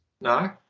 no